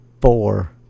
four